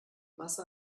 masse